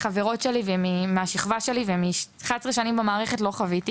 שנמצאת במערכת כבר 11 שנים ולא החברות שלי.